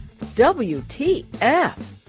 WTF